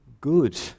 good